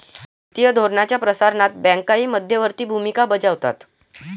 वित्तीय धोरणाच्या प्रसारणात बँकाही मध्यवर्ती भूमिका बजावतात